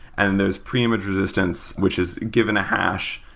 and there's preimage resistance which has given a hash,